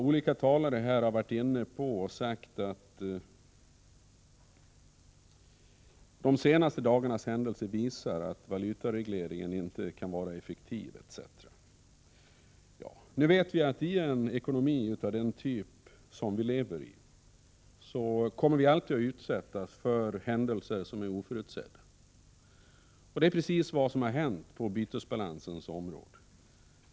Olika talare här har sagt att de senaste dagarnas händelser visar att valutaregleringen inte kan vara effektiv etc. Nu vet vi att i en ekonomi av den typ som vi lever i kommer vi alltid att utsättas för oförutsedda händelser. Det är precis vad som har skett på bytesbalansens område.